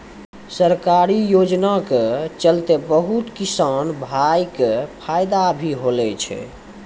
सरकारी योजना के चलतैं बहुत किसान भाय कॅ फायदा भी होलो छै